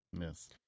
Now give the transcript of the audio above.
Yes